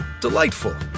Delightful